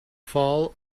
fall